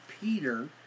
Peter